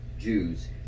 Jews